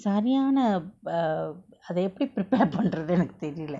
சரியான:sariyana err அத எப்புடி:atha eppudi prepare பன்ரது எனக்கு தெரில்ல:panrathu enaku therila